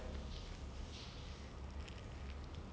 err Thani Oruvan oruvan was the first movie that he wrote by himself